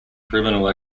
criminal